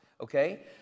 okay